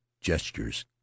gestures